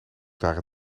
daar